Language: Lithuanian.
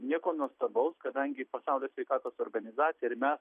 nieko nuostabaus kadangi pasaulio sveikatos organizacija ir mes